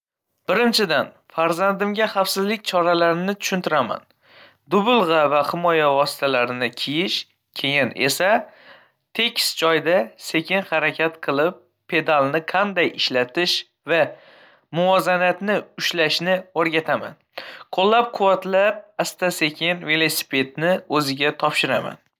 Birinchidan, farzandimga xavfsizlik choralarini tushuntiraman: dubulg'a va himoya vositalarini kiyish. Keyin esa tekis joyda sekin harakat qilib, pedalni qanday ishlatish va muvozanatni ushlashni o'rgataman. Qo'llab-quvvatlab, asta-sekin velosipedni o'ziga topshiraman.